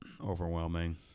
overwhelming